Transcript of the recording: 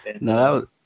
no